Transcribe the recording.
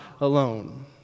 alone